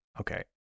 Okay